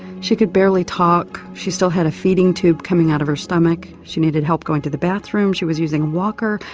she could barely talk, she still had a feeding tube coming out of her stomach, she needed help going to the bathroom, she was using a walker,